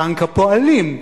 בנק הפועלים,